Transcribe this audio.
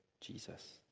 Jesus